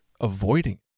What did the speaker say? avoiding